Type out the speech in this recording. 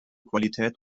qualität